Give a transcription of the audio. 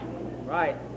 Right